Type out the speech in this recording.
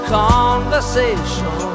conversation